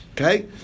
Okay